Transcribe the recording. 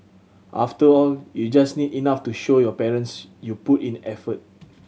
after all you just need enough to show your parents you put in effort